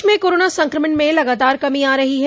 प्रदेश में कोरोना संक्रमण में लगातार कमी आ रही है